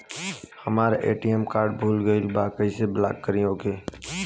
हमार ATM card भूला गईल बा कईसे ब्लॉक करी ओके?